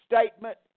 statement